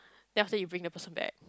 then after that you bring the person back